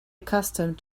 accustomed